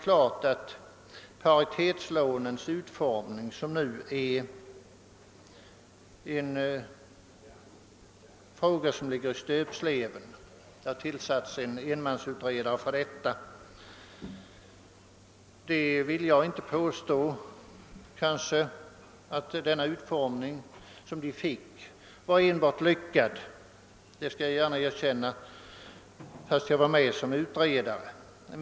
Beträffande paritetslånens utformning, som ligger i stöpsleven — det har tillkallats en enmansutredare för detta — vill jag inte påstå att den utformning de fick tidigare var helt lyckad. Det skall jag gärna erkänna, fastän jag var med som utredare.